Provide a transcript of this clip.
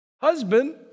Husband